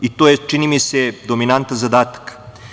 I to je, čini mi se, dominantan zadatak.